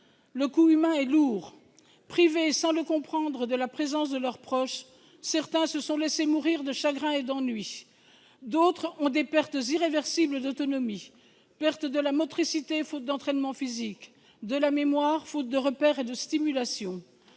le coût humain est lourd : privés, sans le comprendre, de la présence de leurs proches, certains se sont laissés mourir de chagrin et d'ennui ; d'autres subissent des pertes irréversibles d'autonomie, sur le plan de la motricité- faute d'entraînement physique -ou de la mémoire- faute de repères et de stimulation.